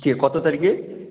কে কত তারিখে